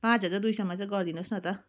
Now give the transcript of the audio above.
पाँच हजार दुई सयमा चाहिँ गरिदिनुहोस् न त